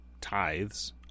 tithes